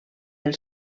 del